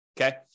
Okay